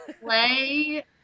Play